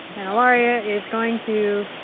and ilaria is going to